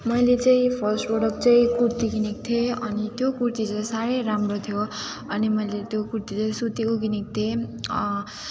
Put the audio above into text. मैले चाहिँ first product चाहिँ कुर्ती किनेको थिएँ अनि त्यो कुर्ती चाहिँ साह्रै राम्रो थियो अनि मैले त्यो कुर्ती चाहिँ सुतीको किनेको थिएँ